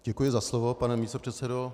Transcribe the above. Děkuji za slovo, pane místopředsedo.